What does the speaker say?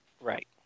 Right